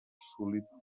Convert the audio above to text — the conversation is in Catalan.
solitària